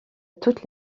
toute